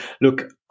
look